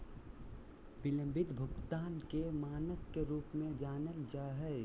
बिलम्बित भुगतान के मानक के रूप में जानल जा हइ